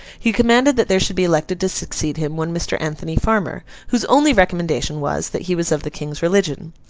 he commanded that there should be elected to succeed him, one mr. anthony farmer, whose only recommendation was, that he was of the king's religion.